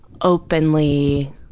openly